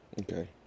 Okay